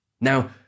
Now